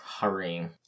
hurrying